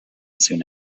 soon